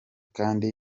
kandi